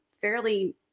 fairly